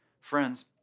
Friends